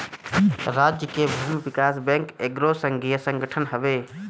राज्य के भूमि विकास बैंक एगो संघीय संगठन हवे